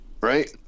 Right